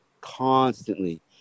constantly